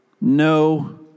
no